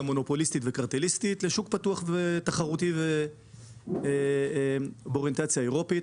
מונופוליסטית וקרטליסטית לשוק פתוח ותחרותי באוריינטציה האירופית,